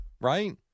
Right